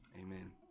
amen